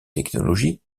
technologies